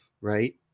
Right